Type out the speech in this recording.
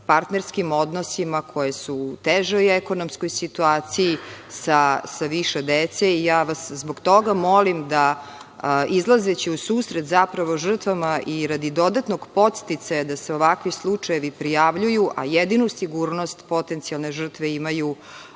partnerskim odnosima koji su u težoj ekonomskoj situaciji, sa više dece, i ja vas zbog toga molim da, izlazeći u susret zapravo žrtvama i radi dodatnog podsticaja da se ovakvi slučajevi prijavljuju, a jedinu sigurnost potencijalne žrtve imaju